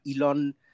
Elon